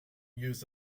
used